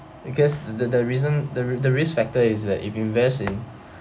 because the the reason the risk factor is that if you invest in